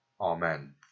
Amen